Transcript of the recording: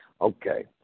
okay